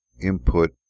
input